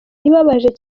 ibabaje